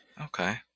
Okay